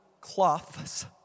cloths